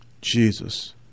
Jesus